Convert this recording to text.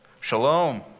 Shalom